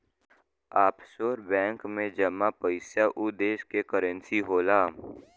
offshore bank में जमा पइसा उ देश क करेंसी होला